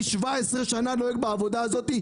אני כבר 17 שנים נהג בעבודה הזאת.